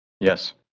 Yes